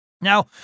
Now